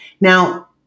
Now